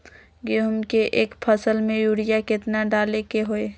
गेंहू के एक फसल में यूरिया केतना डाले के होई?